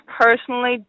personally